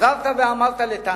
חזרת ואמרת לטניה: